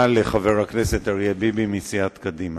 תודה לחבר הכנסת אריה ביבי מסיעת קדימה.